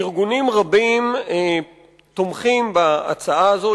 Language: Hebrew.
ארגונים רבים תומכים בהצעה הזאת.